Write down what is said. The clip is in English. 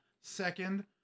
Second